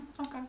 Okay